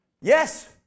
Yes